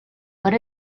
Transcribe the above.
what